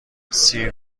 سیر